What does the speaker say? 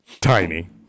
Tiny